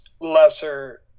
lesser